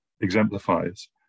exemplifies